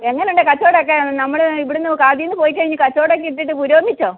എങ്ങനുണ്ട് കച്ചവടമൊക്കെ നമ്മൾ ഇവിടുന്ന് നാട്ടീന്ന് പോയിക്കഴിഞ്ഞ് കച്ചവടമൊക്കെ ഇട്ടിട്ട് പുരോഗമിച്ചോ